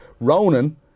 Ronan